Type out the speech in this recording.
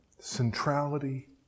centrality